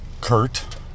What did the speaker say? Kurt